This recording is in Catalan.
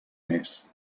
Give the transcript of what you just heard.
més